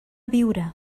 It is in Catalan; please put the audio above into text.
biure